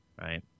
right